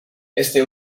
este